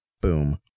Boom